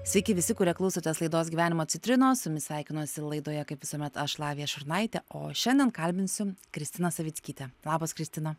sveiki visi kurie klausotės laidos gyvenimo citrinos su jumis sveikinuosi laidoje kaip visuomet aš lavija šurnaitė o šiandien kalbinsim kristiną savickytę labas kristina